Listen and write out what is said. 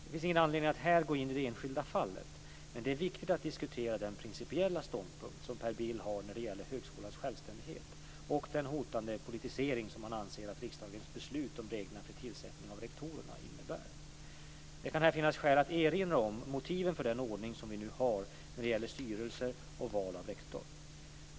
Det finns ingen anledning att här gå in i det enskilda fallet, men det är viktigt att diskutera den principiella ståndpunkt som Per Bill har när det gäller högskolans självständighet och den hotande "politisering" som han anser att riksdagens beslut om reglerna för tillsättning av rektorerna innebär. Det kan här finnas skäl att erinra om motiven för den ordning som vi nu har när det gäller styrelser och val av rektor.